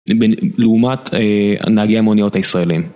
לעומת נהגי המוניות הישראלים.